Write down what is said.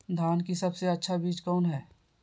धान की सबसे अच्छा बीज कौन है?